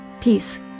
peace